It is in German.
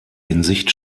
hinsicht